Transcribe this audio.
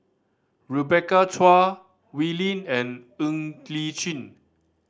Rebecca Chua Wee Lin and Ng Li Chin